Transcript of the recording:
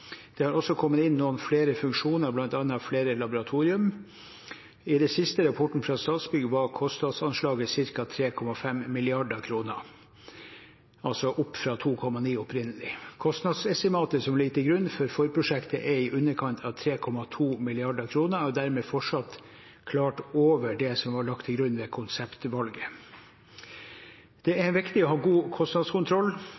Det har også kommet inn noen flere funksjoner, bl.a. flere laboratorier. I den siste rapporten fra Statsbygg var kostnadsanslaget ca. 3,5 mrd. kr, altså opp fra 2,9 opprinnelig. Kostnadsestimatet som ligger til grunn for forprosjektet, er i underkant av 3,2 mrd. kr, og er dermed fortsatt klart over det som var lagt til grunn ved konseptvalget. Det